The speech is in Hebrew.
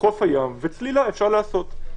חוף הים וצלילה אפשר לעשות.